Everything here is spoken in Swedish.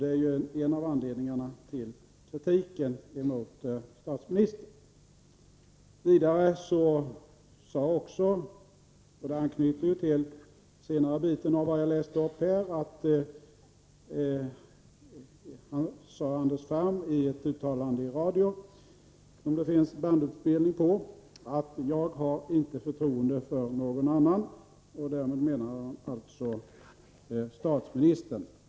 Det är en av anledningarna till kritiken emot statsministern. Anders Ferm sade vidare — och det anknyter till den senare del av brevet som jag läste upp — i ett uttalande i radion, som finns inspelat på band: ”Jag har inte förtroende för någon annan.” Därmed menade han statsministern.